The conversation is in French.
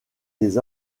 des